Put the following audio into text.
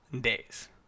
days